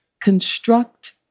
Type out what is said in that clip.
construct